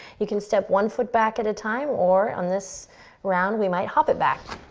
you can step one foot back at a time, or, on this round, we might hop it back.